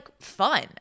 fun